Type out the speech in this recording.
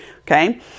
Okay